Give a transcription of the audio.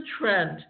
trend